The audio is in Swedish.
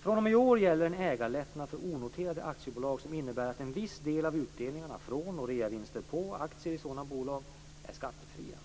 fr.o.m. i år gäller en ägarlättnad för onoterade aktiebolag som innebär att en viss del av utdelningar från och reavinster på aktier i sådana bolag är skattefria.